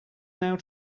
now